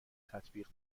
تطبیق